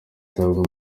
atabwa